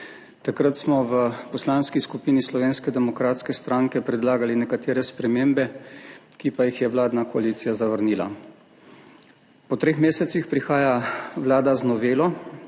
Takrat smo v Poslanski skupini Slovenske demokratske stranke predlagali nekatere spremembe, ki pa jih je vladna koalicija zavrnila. Po treh mesecih prihaja Vlada z novelo,